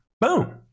Boom